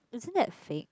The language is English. isn't that fake